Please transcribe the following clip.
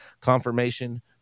confirmation